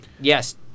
yes